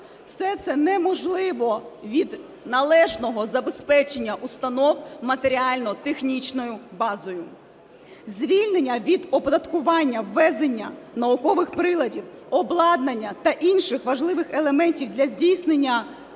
все це неможливо від належного забезпечення установ матеріально-технічною базою. Звільнення від оподаткування ввезення наукових приладів, обладнання та інших важливих елементів для здійснення